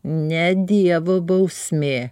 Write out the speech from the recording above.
ne dievo bausmė